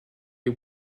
les